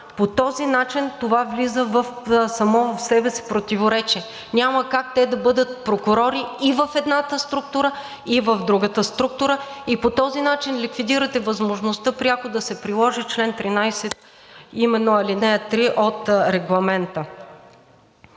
по този начин това влиза само по себе си в противоречие. Няма как те да бъдат прокурори и в едната, и в другата структура. По този начин ликвидирате възможността пряко да се приложи чл. 13, именно ал. 3 от Регламента.